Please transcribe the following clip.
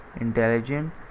intelligent